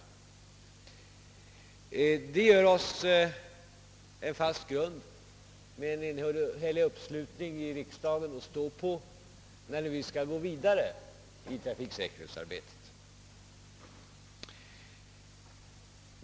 Detta ger oss tillsammans med uppslutningen i riksdagen en fast grund att stå på, när vi skall gå vidare i trafiksäkerhetsarbetet.